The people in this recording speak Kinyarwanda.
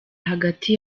hagati